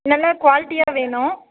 நல்ல குவால்ட்டியாக வேணும்